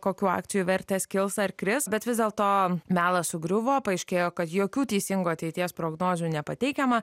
kokių akcijų vertės kils ar kris bet vis dėlto melas sugriuvo paaiškėjo kad jokių teisingų ateities prognozių nepateikiama